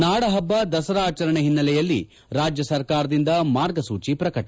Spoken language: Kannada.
ನಾಡಹಬ್ಬ ದಸರಾ ಆಚರಣೆ ಹಿನ್ನೆಲೆಯಲ್ಲಿ ರಾಜ್ಯ ಸರ್ಕಾರದಿಂದ ಮಾರ್ಗಸೂಚಿ ಪ್ರಕಟ